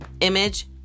image